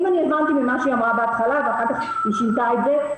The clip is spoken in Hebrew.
אם הבנתי ממה שהיא אמרה בהתחלה ואחר כך שינתה את זה,